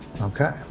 Okay